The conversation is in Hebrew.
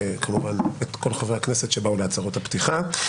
וכמובן את כל חברי הכנסת שבאו להצהרות הפתיחה.